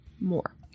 more